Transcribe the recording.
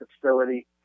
facility